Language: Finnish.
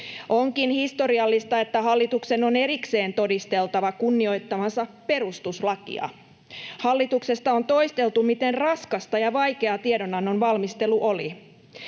Onkin historiallista, että hallituksen on erikseen todisteltava kunnioittavansa perustuslakia. Hallituksesta on toisteltu, miten raskasta ja vaikeaa tiedonannon valmistelu oli.